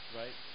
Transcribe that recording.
right